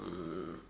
mm